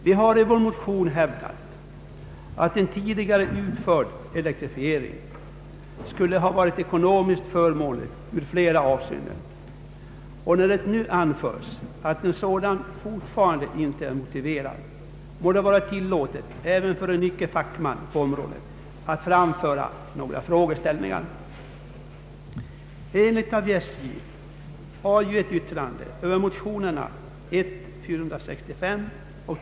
Vi har i vår motion hävdat att en tidigare utförd elektrifiering skulle ha varit ekonomiskt förmånlig i flera avseenden, och när det nu anförs att en sådan fortfarande inte är motiverad, må det vara tillåtet även för en icke fackman på området att framföra några frågor.